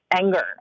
anger